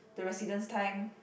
the residence time